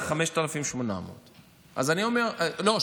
אז זה 5,800. לא,